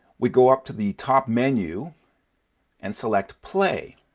we go up to the top menu and select play.